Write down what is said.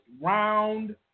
round